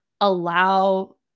allow